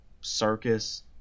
circus